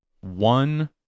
one